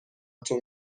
تون